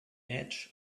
edge